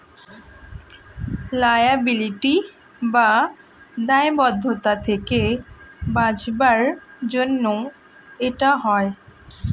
liability বা দায়বদ্ধতা থেকে বাঁচাবার জন্য এটা হয়